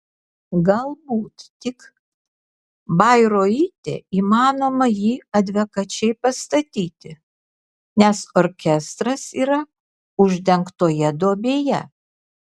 galbūt tik bairoite įmanoma jį adekvačiai pastatyti nes orkestras yra uždengtoje duobėje